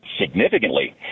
significantly